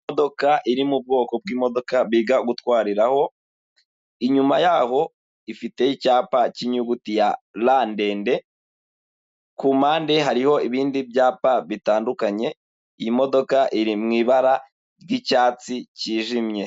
Imodoka iri mu bwoko bw'imodoka biga gutwariraho, inyuma yaho ifiteho icyapa cy'inyuguti ya L ndende, ku mpande hariho ibindi byapa bitandukanye, iyi modoka iri mu ibara ry'icyatsi kijimye.